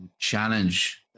challenge